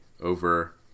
over